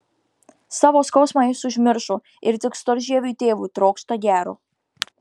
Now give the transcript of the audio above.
savo skausmą jis užmiršo ir tik storžieviui tėvui trokšta gero